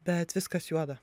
bet viskas juoda